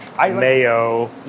mayo